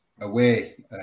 away